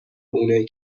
اونایی